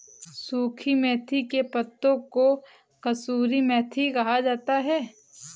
सुखी मेथी के पत्तों को कसूरी मेथी कहा जाता है